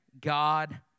God